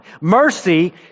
Mercy